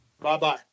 Bye-bye